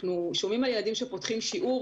אנחנו שומעים על ילדים שפותחים שיעור